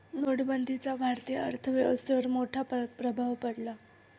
नोटबंदीचा भारतीय अर्थव्यवस्थेवर मोठा प्रभाव पडला